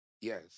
Yes